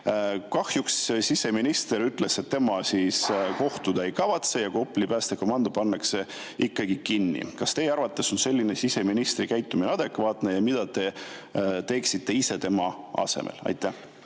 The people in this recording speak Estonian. Kahjuks siseminister ütles, et tema kohtuda ei kavatse ja Kopli päästekomando pannakse ikkagi kinni. Kas teie arvates on selline siseministri käitumine adekvaatne ja mida te teeksite ise tema asemel? Aitäh!